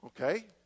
Okay